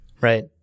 right